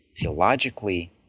theologically